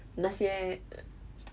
那些